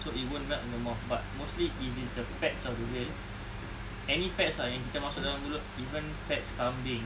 so it won't melt in your mouth but mostly if it's the fats of the whale any fats yang kita makan masuk dalam mulut even fats kambing